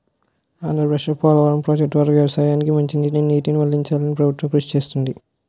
ఆంధ్రప్రదేశ్లో పోలవరం ప్రాజెక్టు ద్వారా వ్యవసాయానికి మంచినీటికి నీటిని మళ్ళించాలని ప్రభుత్వం కృషి చేస్తుంది